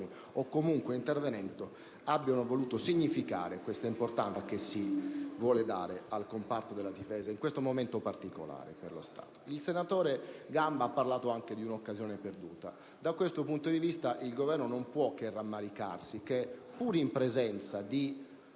o, comunque, intervenendo nel dibattito, abbiano voluto significare l'importanza che si vuole dare al comparto della difesa in questo momento particolare. Il senatore Gamba ha parlato anche di un'occasione perduta. Da questo punto di vista il Governo non può che rammaricarsi del fatto che, pur in presenza di